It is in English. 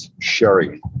sharing